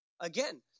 Again